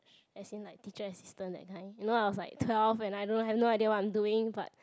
as in like teacher and sister that kind you know I was like twelve and I don't I had no idea what I'm doing but